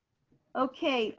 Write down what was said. okay.